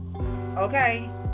okay